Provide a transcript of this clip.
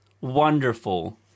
wonderful